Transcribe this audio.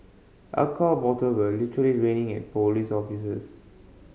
alcohol bottle were literally raining at police officers